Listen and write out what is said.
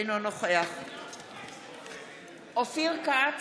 אינו נוכח אופיר כץ,